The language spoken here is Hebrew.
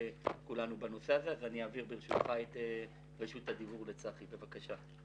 אני אעביר את רשות הדיבור לצחי סעד, בבקשה.